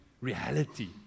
reality